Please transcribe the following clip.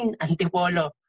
Antipolo